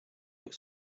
its